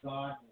God